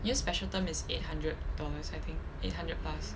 you know special term is eight hundred dollars I think eight hundred plus